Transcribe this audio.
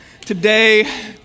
today